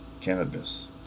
cannabis